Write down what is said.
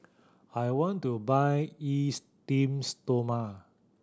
I want to buy Esteem Stoma